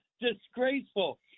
disgraceful